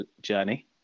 journey